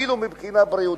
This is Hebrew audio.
אפילו מבחינה בריאותית.